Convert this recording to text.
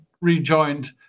rejoined